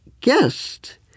guest